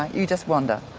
you just wander.